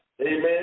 Amen